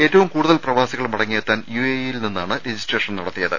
ഏറ്റവും കൂടുതൽ പ്രവാസികൾ മടങ്ങിയെത്താൻ യുഎഇ യിൽ നിന്നാണ് രജിസ്ട്രേഷൻ നടത്തിയത്